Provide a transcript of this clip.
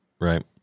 Right